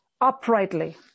uprightly